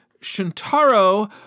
Shintaro